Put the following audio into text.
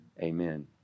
Amen